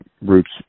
roots